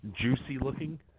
juicy-looking